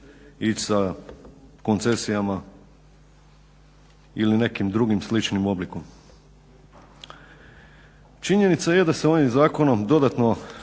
ići sa koncesijama ili nekim drugim sličnim oblikom. Činjenica je da se ovim zakonom dodatno